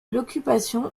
l’occupation